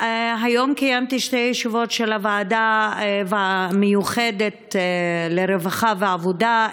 היום קיימתי שתי ישיבות של הוועדה המיוחדת לרווחה ועבודה.